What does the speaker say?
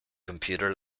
computer